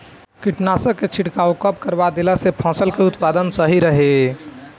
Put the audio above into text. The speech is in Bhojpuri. कीटनाशक के छिड़काव कब करवा देला से फसल के उत्पादन सही रही?